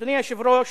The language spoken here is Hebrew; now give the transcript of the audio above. אדוני היושב-ראש,